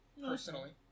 personally